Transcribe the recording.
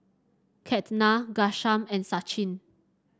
Ketna Ghanshyam and Sachin